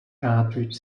cartridge